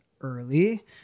early